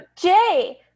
Jay